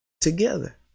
together